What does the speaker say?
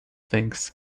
thanks